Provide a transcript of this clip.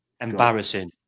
embarrassing